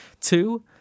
Two